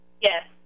Yes